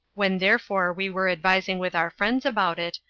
when therefore we were advising with our friends about it,